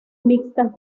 mixtas